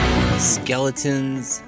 Skeletons